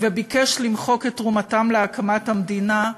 וביקש למחוק את תרומתם להקמת המדינה,